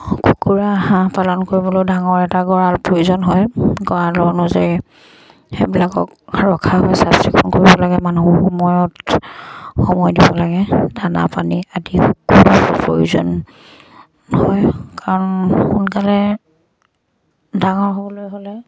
কুকুৰা হাঁহ পালন কৰিবলৈ ডাঙৰ এটা গঁৰাল প্ৰয়োজন হয় গঁৰালৰ অনুযায়ী সেইবিলাকক ৰখা হয় চাফ চিকুণ কৰিব লাগে মানুহৰ সময়ত সময় দিব লাগে দানা পানী আদি খুব প্ৰয়োজন হয় কাৰণ সোনকালে ডাঙৰ হ'বলৈ হ'লে